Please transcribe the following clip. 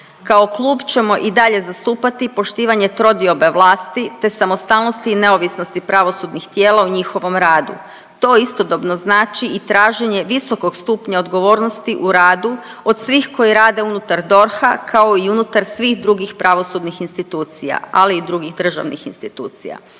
Kao klub ćemo i dalje zastupati poštivanje trodiobe vlasti, te samostalnost i neovisnosti pravosudnih tijela u njihovom radu. To istodobno znači i traženje visokog stupnja odgovornosti u radu od svih koji rade unutar DORH-a kao i unutar svih drugih pravosudnih institucija, ali i drugih državnih institucija.